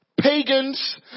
Pagans